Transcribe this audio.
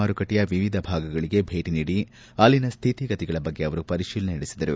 ಮಾರುಕಟ್ಟೆಯ ವಿವಿಧ ಭಾಗಗಳಿಗೆ ಭೇಟಿ ನೀಡಿ ಅಲ್ಲಿನ ಸ್ಥಿತಿಗತಿಗಳ ಬಗ್ಗೆ ಅವರು ಪರಿಶೀಲನೆ ನಡೆಸಿದರು